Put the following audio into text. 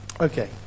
Okay